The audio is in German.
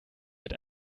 wird